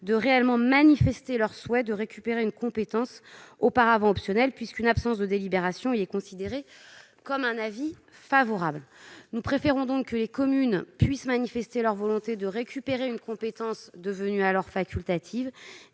réellement leur souhait de récupérer une compétence auparavant optionnelle, puisqu'une absence de délibération est considérée comme un avis favorable. Nous préférons que les communes puissent manifester leur volonté de récupérer une compétence devenue facultative